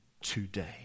today